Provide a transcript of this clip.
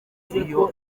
iyo